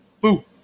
Boo